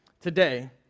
today